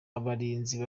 abarinzi